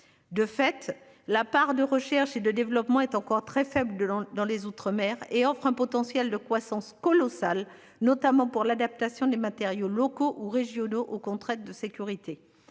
De fait, la part de recherche et de développement est encore très faible dans les Outre-mer et offre un potentiel de croissance colossale notamment pour l'adaptation des matériaux locaux ou régionaux aux contraintes de sécurité,